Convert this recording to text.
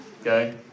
Okay